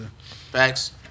Facts